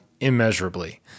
immeasurably